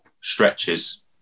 stretches